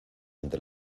entre